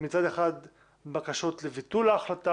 מצד אחד בקשות לביטול ההחלטה,